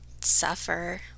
suffer